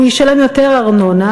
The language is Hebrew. הוא ישלם יותר ארנונה,